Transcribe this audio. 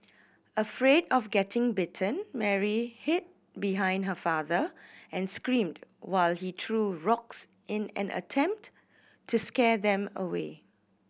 afraid of getting bitten Mary hid behind her father and screamed while he threw rocks in an attempt to scare them away